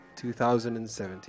2017